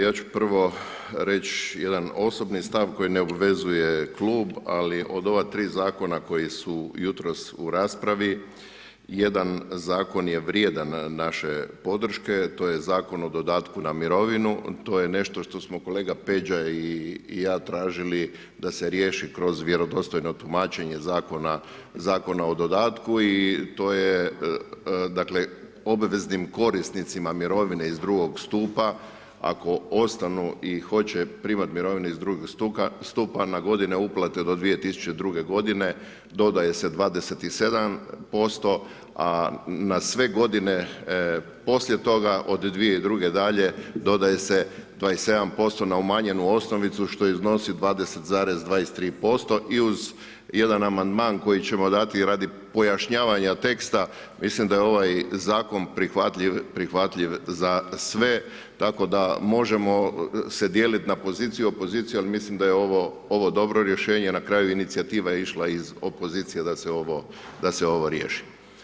Ja ću prvo reći jedan osobni stav koji ne obvezuje klub, ali od ova 3 zakona koji su jutros u raspravi, jedan zakon je vrijedan naše podrške, to je Zakon o dodatku na mirovinu, to je nešto što smo kolega Peđa i ja tražili da se riješi kroz vjerodostojno tumačenja zakona, Zakona o dodatku i to je dakle, obveznim korisnicima mirovine iz drugog stupa, ako ostanu i hoće primati mirovinu iz drugog stupa, na godine uplate do 2002. g. dodaje se 27% a na sve godine poslije toga od 2002. dalje, dodaje se 27% na umanjenu osnovicu što iznosi 20,23% i uz jedan amandman koji ćemo dati radi pojašnjavanja teksta, mislim da je ovaj zakon prihvatljiv za sve tako da možemo se dijeliti na poziciju, opoziciju, ali mislim da je ovo dobro rješenje, na kraju inicijativa je išla iz opozicije da se ovo riješi.